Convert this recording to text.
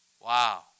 Wow